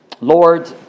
Lord